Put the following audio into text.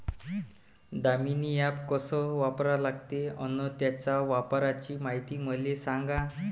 Damini app कस वापरा लागते? अन त्याच्या वापराची मायती मले सांगा